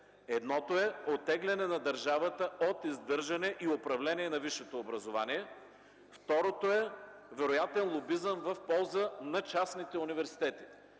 едното е оттегляне на държавата от издържане и управление на висшето образование, а второто е вероятен лобизъм в полза на частните университети.